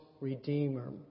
Redeemer